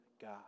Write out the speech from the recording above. God